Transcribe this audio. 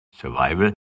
Survival